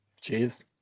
Cheers